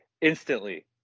Instantly